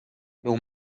był